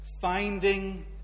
finding